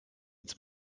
ins